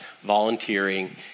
volunteering